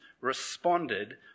responded